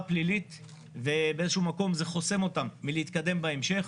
פלילית ובאיזשהו מקום זה חוסם אותם מלהתקדם בהמשך.